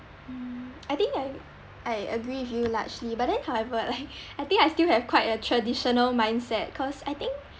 mm I think I I agree with you largely but then however like I think I still have quite a traditional mindset cause I think